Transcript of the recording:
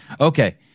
okay